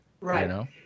Right